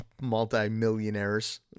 multi-millionaires